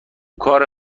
کار